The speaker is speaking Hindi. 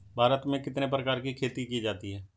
भारत में कितने प्रकार की खेती की जाती हैं?